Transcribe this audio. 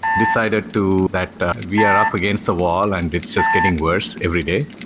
decided to that we are up against the wall and it's just getting worse every day.